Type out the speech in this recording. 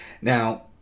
Now